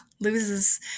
loses